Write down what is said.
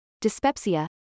dyspepsia